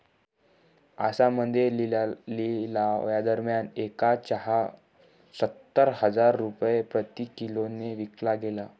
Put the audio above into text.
आसाममध्ये लिलावादरम्यान एक चहा सत्तर हजार रुपये प्रति किलोने विकला गेला